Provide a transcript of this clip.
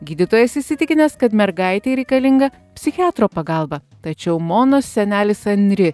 gydytojas įsitikinęs kad mergaitei reikalinga psichiatro pagalba tačiau monos senelis anri